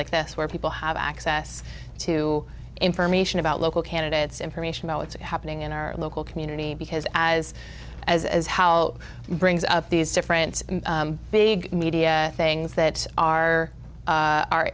like this where people have access to information about local candidates information about what's happening in our local community because as as as how brings up these different big media things that are